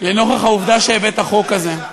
לנוכח העובדה שהבאת את החוק הזה.